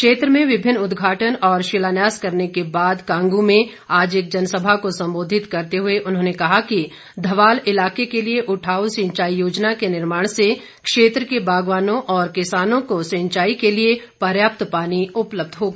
क्षेत्र में विभिन्न उद्घाटन और शिलान्यास करने के बाद कांगू में आज एक जनसभा को संबोधित करते हुए उन्होंने कहा कि धवाल इलाके के लिए उठाऊ सिंचाई योजना के निर्माण से क्षेत्र के बागवानों और किसानों को सिंचाई के लिए पर्याप्त पानी उपलब्ध होगा